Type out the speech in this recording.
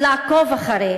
בשביל לעקוב אחרי